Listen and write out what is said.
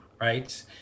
right